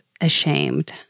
ashamed